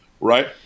right